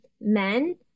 men